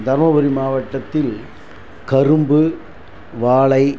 தருமபுரி மாவட்டத்தில் கரும்பு வாழை